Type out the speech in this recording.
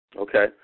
Okay